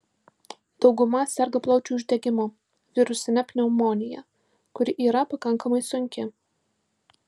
dauguma serga plaučių uždegimu virusine pneumonija kuri yra pakankamai sunki